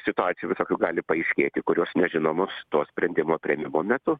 situacijų visokių gali paaiškėti kurios nežinomos to sprendimo priėmimo metu